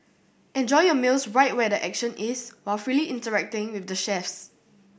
enjoy your meals right where the action is while freely interacting with the chefs